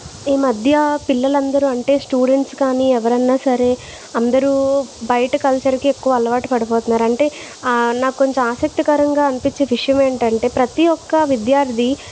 ఈ మధ్య పిల్లలందరూ అంటే స్టూడెంట్స్ కానీ ఎవరన్న సరే అందరూ బయట కల్చర్కే ఎక్కువ అలవాటు పడిపోతున్నారు అంటే నాకు కొంచెం ఆసక్తికరంగా అనిపించే విషయం ఏంటంటే ప్రతి ఒక్క విద్యార్థి